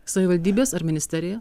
savivaldybės ar ministerija